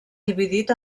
dividit